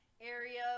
area